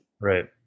Right